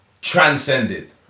transcended